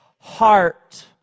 heart